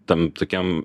tam tokiam